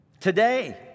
Today